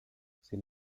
sin